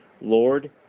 lord